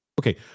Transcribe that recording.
Okay